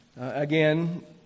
again